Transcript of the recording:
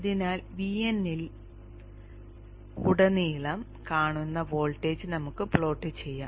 അതിനാൽ VL ൽ ഉടനീളം കാണുന്ന വോൾട്ടേജ് നമുക്ക് പ്ലോട്ട് ചെയ്യാം